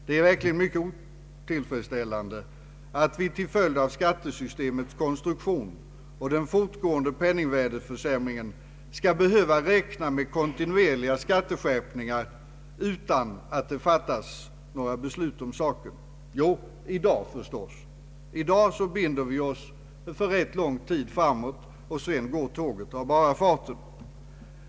Det är utomordentligt otillfredsställande att vi till följd av skattesystemets konstruktion och den fortgående penningvärdeförsämringen skall behöva räkna med kontinuerliga skatteskärpningar utan att några beslut fattas om saken. Jo, i dag förstås! I dag binder vi oss för rätt lång tid framåt och sedan går tåget av bara farten.